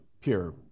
pure